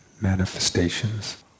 manifestations